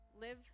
live